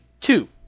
two